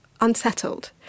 unsettled